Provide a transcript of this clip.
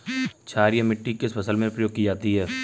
क्षारीय मिट्टी किस फसल में प्रयोग की जाती है?